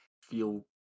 feel